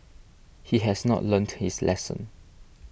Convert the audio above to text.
he has not learnt to his lesson